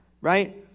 Right